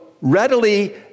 readily